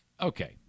Okay